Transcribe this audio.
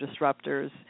disruptors